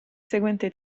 seguente